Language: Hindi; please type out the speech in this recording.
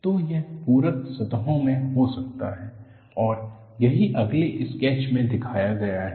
तो यह पूरक सतहो में हो सकता है और यही अगले स्केच में दिखाया गया है